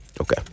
okay